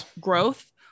growth